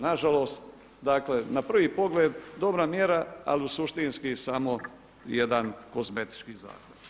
Na žalost, dakle na prvi pogled dobra mjera, ali suštinski samo jedan kozmetički zahvat.